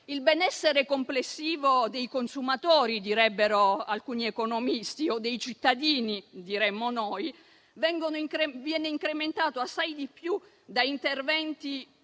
il benessere complessivo dei consumatori - direbbero alcuni economisti - o dei cittadini - diremmo noi - viene incrementato assai di più da interventi